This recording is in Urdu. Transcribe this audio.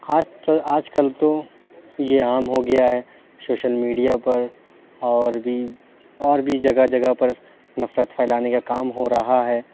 خاص طور آج کل تو یہ عام ہو گیا ہے سوشل میڈیا پر اور بھی اور بھی جگہ جگہ پر نفرت پھیلانے کا کام ہو رہا ہے